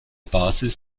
basis